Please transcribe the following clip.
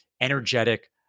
energetic